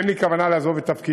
כי אין לי כוונה לעזוב את תפקידי,